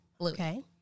Okay